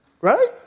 Right